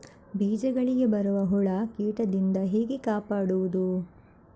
ಬೀಜಗಳಿಗೆ ಬರುವ ಹುಳ, ಕೀಟದಿಂದ ಹೇಗೆ ಕಾಪಾಡುವುದು?